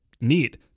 Neat